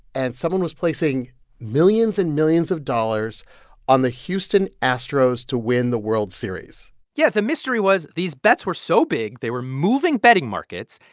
and someone was placing millions and millions of dollars on the houston astros to win the world series yeah, the mystery was these bets were so big they were moving betting markets.